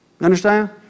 Understand